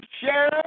share